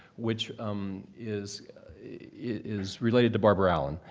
which um is is related to barbara allen,